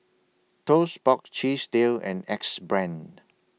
Toast Box Chesdale and Axe Brand